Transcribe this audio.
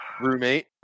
Roommate